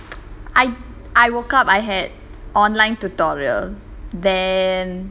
I I woke up I had online tutorial then